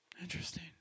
Interesting